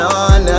on